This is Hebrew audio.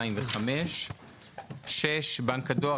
2005 ; (6) בנק הדואר,